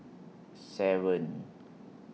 seven